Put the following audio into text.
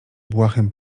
błahym